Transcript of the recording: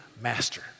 master